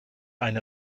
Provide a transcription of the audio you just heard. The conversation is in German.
eine